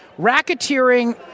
racketeering